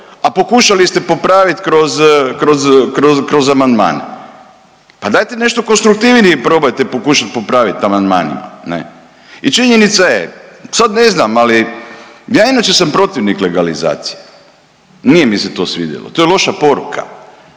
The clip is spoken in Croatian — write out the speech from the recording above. a pokušali ste popravit kroz, kroz, kroz, kroz amandmane, pa dajte nešto konstruktivnije probajte pokušat popravit amandmanima, ne. I činjenica je, sad ne znam, ali ja inače sam protivnik legalizacije, nije mi se to svidjelo, to je loša poruka,